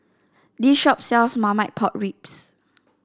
this shop sells Marmite Pork Ribs